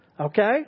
Okay